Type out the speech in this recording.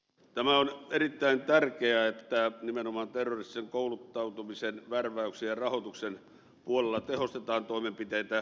tämä on erittäin tärkeää että nimenomaan terroristisen kouluttautumisen värväyksen ja rahoituksen puolella tehostetaan toimenpiteitä